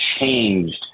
changed